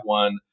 one